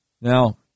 Now